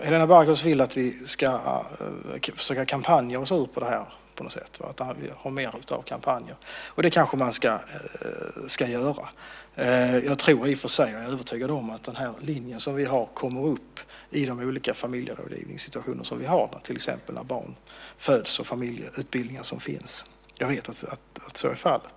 Helena Bargholtz vill att vi på något sätt ska försöka kampanja oss ur det här, att vi ska ha mer av kampanjer, och det kanske vi ska. Jag är i och för sig övertygad om att vår linje kommer upp i olika familjerådgivningssituationer, till exempel när barn föds och i de familjeutbildningar som finns. Jag vet att så är fallet.